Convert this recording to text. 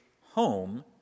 home